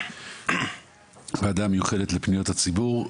ועדה מיוחדת לפניות הציבור.